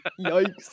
Yikes